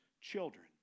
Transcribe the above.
children